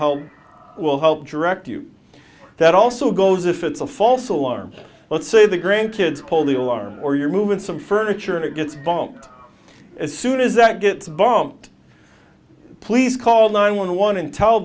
help will help direct you that also goes if it's a false alarm let's say the grandkids pull the alarm or you're moving some furniture and it gets bumped as soon as that gets bumped please call nine one one and tell